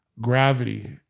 Gravity